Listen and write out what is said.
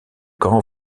camps